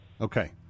okay